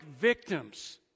victims